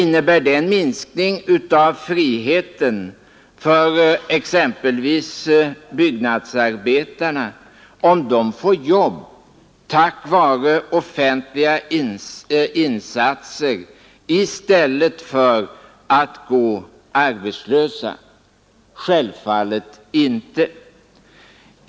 Innebär det en minskning av friheten för exempelvis byggnadsarbetarna, om de får jobb tack vare offentliga insatser i stället för att gå arbetslösa? Självfallet inte.